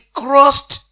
crossed